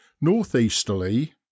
Northeasterly